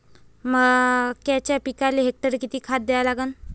मक्याच्या पिकाले हेक्टरी किती खात द्या लागन?